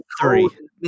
three